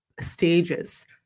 stages